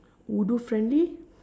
wudu friendly